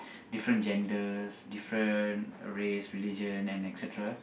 different genders different race religion and et-cetera